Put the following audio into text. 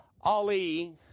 Ali